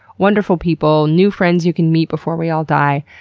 wonderful people, new friends you can meet before we all die.